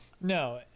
No